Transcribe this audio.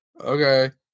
Okay